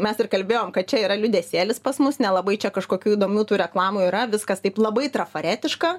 mes ir kalbėjom kad čia yra liūdesėlis pas mus nelabai čia kažkokių įdomių tų reklamų yra viskas taip labai trafaretiška